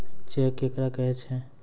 Cheque केकरा कहै छै?